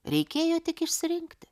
reikėjo tik išsirinkti